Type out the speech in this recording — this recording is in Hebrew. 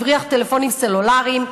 הבריח טלפונים סלולריים,